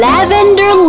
Lavender